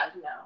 no